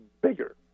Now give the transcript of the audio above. bigger